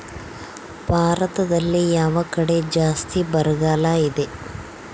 ಭಾರತದಲ್ಲಿ ಯಾವ ಕಡೆ ಜಾಸ್ತಿ ಬರಗಾಲ ಇದೆ?